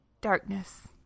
Darkness